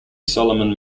solomon